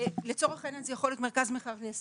ולצורך העניין זה יכול להיות מרכז מחקר וזה